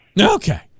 Okay